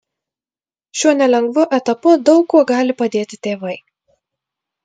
šiuo nelengvu etapu daug kuo gali padėti tėvai